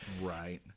right